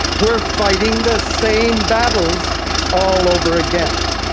we are fighting the same battles all over again.